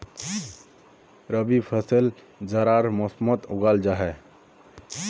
रबी फसल जाड़ार मौसमोट उगाल जाहा